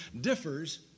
differs